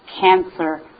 cancer